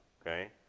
Okay